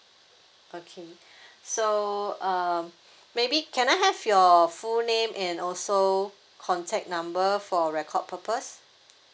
okay so uh maybe can I have your full name and also contact number for record purpose